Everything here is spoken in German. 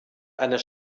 einer